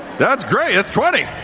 that's great, that's twenty.